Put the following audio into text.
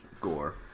gore